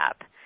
up